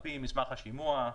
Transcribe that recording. על פי מסמך השימוע,